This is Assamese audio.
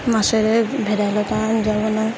মাছেৰে ভেদাইলতাৰ আঞ্জা বনাওঁ